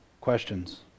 questions